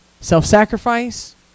self-sacrifice